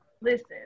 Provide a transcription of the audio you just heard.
Listen